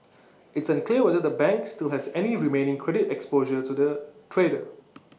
it's unclear whether the bank still has any remaining credit exposure to the trader